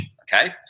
Okay